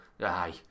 aye